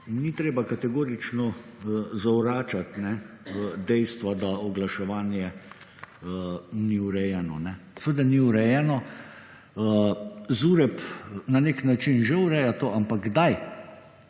Ni treba kategorično zavračati dejstva, da oglaševanje ni urejeno. Seveda ni urejeno. ZUREP na nek način že ureja to, ampak kdaj.